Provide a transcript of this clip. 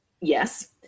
Yes